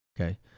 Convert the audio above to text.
okay